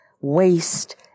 waste